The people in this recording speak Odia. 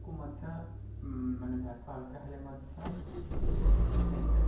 କୁ ମଧ୍ୟ ମାନେ ଭାଷା ଅଲଗା ହେଲେ ମଧ୍ୟ ଆମେ ସମସ୍ତେ ଏକ